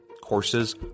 courses